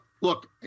Look